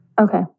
Okay